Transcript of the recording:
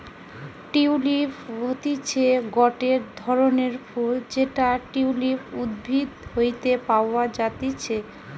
tulip হতিছে গটে ধরণের ফুল যেটা টিউলিপ উদ্ভিদ হইতে পাওয়া যাতিছে